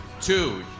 two